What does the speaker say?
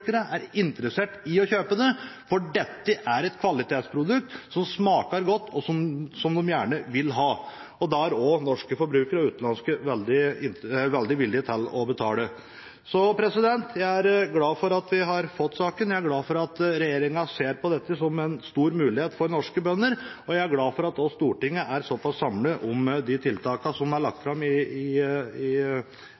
forbrukere er interessert i å kjøpe dette, for dette er et kvalitetsprodukt som smaker godt, og som de gjerne vil ha. Da er også norske og utenlandske forbrukere veldig villige til å betale. Jeg er glad for at vi har fått saken. Jeg er glad for at regjeringen ser på dette som en stor mulighet for norske bønder, og jeg er glad for at Stortinget er såpass samlet om de tiltakene som er lagt